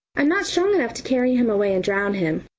i'm not strong enough to carry him away and drown him.